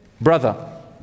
brother